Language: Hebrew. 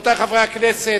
רבותי חברי הכנסת,